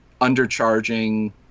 undercharging